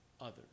others